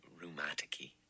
rheumatic-y